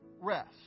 rest